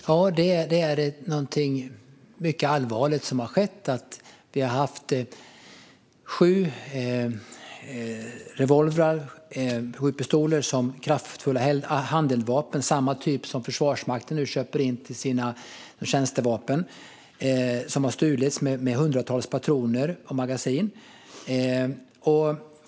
Fru talman! Det är någonting mycket allvarligt som har skett. Sju pistoler, kraftfulla handeldvapen av samma typ som Försvarsmakten nu köper in som tjänstevapen, har stulits tillsammans med hundratals patroner och magasin.